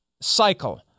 cycle